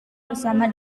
bersama